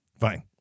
Fine